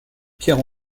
pierre